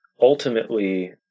ultimately